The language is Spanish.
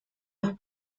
los